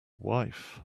wife